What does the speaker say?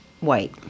white